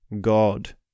God